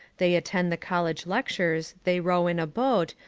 they attend the college lectures, they row in a boat,